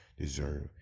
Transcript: deserve